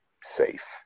safe